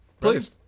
Please